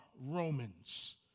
Romans